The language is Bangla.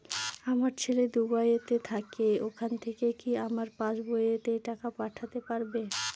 আমার ছেলে দুবাইতে থাকে ওখান থেকে কি আমার পাসবইতে টাকা পাঠাতে পারবে?